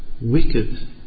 wicked